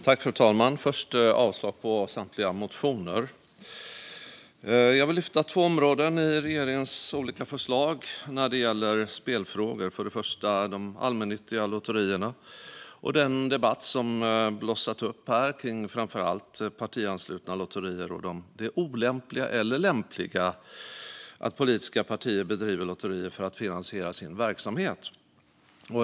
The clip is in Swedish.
Fru talman! Jag yrkar avslag på samtliga motioner. Jag vill lyfta upp två områden i regeringens olika förslag när det gäller spelfrågor. Först har vi de allmännyttiga lotterierna och den debatt som har blossat upp om framför allt partianslutna lotterier och det lämpliga eller olämpliga i att politiska partier driver lotterier för att finansiera sin verksamhet.